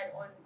on